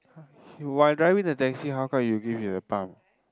while driving the taxi how come you give him the palm